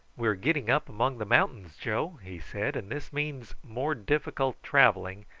we are getting up among the mountains, joe, he said and this means more difficult travelling,